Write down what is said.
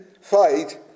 fight